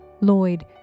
lloyd